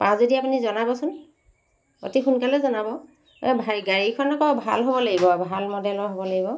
পাওঁ যদি আপুনি জনাবচোন অতি সোনকালে জনাব গাড়ীখন আকৌ ভাল হ'ব লাগিব ভাল মডেলৰ হ'ব লাগিব